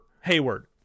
Hayward